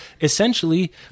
Essentially